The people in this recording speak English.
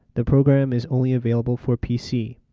the program is only available for pc.